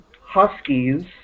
Huskies